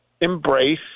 embrace